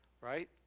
right